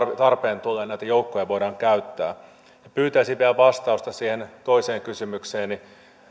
tarpeen tullen näitä joukkoja voidaan käyttää pyytäisin vielä vastausta siihen toiseen kysymykseeni